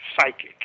psychic